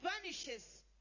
vanishes